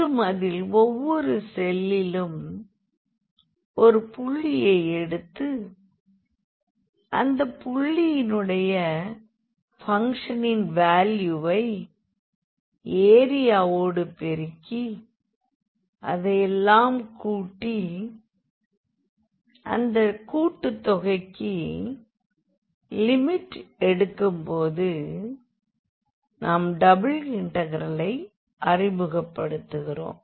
மற்றும் அதில் ஒவ்வொரு செல்லிலும் ஒரு புள்ளியை எடுத்து அந்த புள்ளியினுடைய பங்க்ஷனின் வால்யூவை ஏரியாவோடு பெருக்கி அதை எல்லாம் கூட்டி அந்த கூட்டு தொகைக்கு லிமிட் எடுக்கும் போது நாம் டபுள் இன்டெக்ரலை அறிமுகப்படுத்துகிறோம்